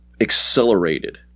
accelerated